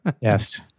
Yes